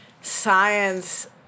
science